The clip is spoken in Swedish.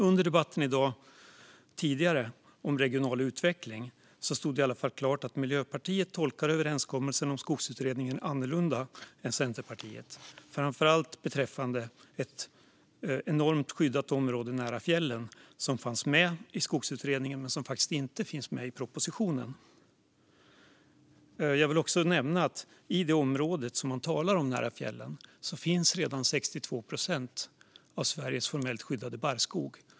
Under den tidigare debatten i dag om regional utveckling stod det klart att Miljöpartiet tolkar överenskommelsen om Skogsutredningen annorlunda än Centerpartiet, framför allt beträffande ett enormt skyddat område nära fjällen som fanns med i Skogsutredningen men som faktiskt inte finns med i propositionen. Jag vill också nämna att i det område nära fjällen man talar om finns redan 62 procent av Sveriges formellt skyddade barrskog.